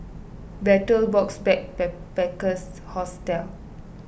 Betel Box Backpackers Hostel